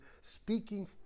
speaking